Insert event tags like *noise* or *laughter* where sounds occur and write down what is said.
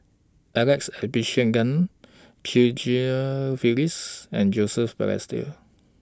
Alex Abisheganaden Chew *unintelligible* Phyllis and Joseph Balestier